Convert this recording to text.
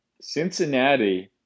Cincinnati